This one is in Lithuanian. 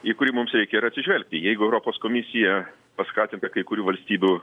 į kurį mums reikia ir atsižvelgti jeigu europos komisija paskatinta kai kurių valstybių